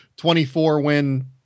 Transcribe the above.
24-win